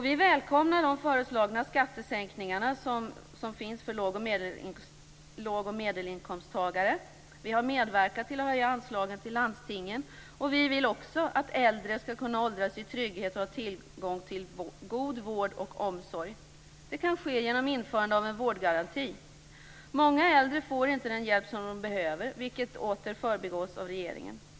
Vi välkomnar de föreslagna skattesänkningarna för låg och medelinkomsttagare. Vi har medverkat när det gäller att höja anslaget till landstingen. Vi vill också att äldre skall kunna åldras i trygghet och att de skall ha tillgång till god vård och omsorg. Det kan ske genom införandet av en vårdgaranti. Många äldre får inte den hjälp som de behöver, vilket återigen förbigås av regeringen.